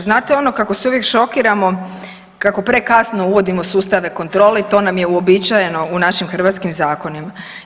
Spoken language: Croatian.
Znate ono kako se uvijek šokiramo kako prekasno uvodimo sustave kontrole i to nam je uobičajeno u našim hrvatskim zakonima.